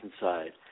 inside